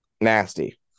Nasty